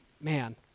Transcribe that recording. Man